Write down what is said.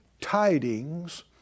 tidings